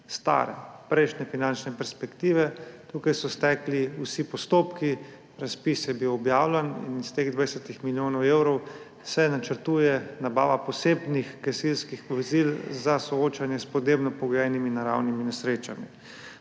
stare, prejšnje finančne perspektive. Tukaj so stekli vsi postopki, razpis je bil objavljen in iz teh 20 milijonov evrov se načrtuje nabava posebnih gasilskih vozil za soočanje s podnebno pogojenimi naravnimi nesrečami.